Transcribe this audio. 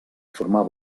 formar